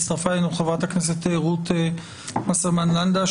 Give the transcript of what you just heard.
הצטרפה אלינו חברת הכנסת רות וסרמן לנדה.